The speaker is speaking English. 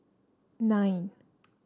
nine